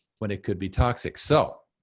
when it could be toxic. so,